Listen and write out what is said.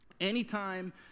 anytime